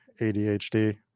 ADHD